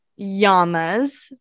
yamas